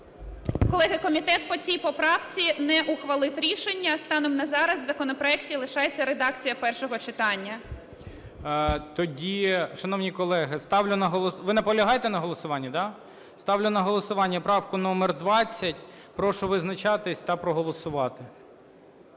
Колеги, комітет по цій поправці не ухвалив рішення. Станом на зараз в законопроекті лишається редакція першого читання. ГОЛОВУЮЧИЙ. Тоді, шановні колеги, ставлю на голосування... Ви наполягаєте на голосуванні, да? Ставлю на голосування правку номер 20. Прошу визначатися та проголосувати.